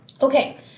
Okay